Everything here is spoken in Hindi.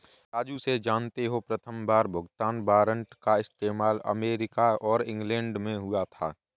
राजू से जानते हो प्रथमबार भुगतान वारंट का इस्तेमाल अमेरिका और इंग्लैंड में हुआ था